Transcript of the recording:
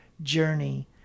journey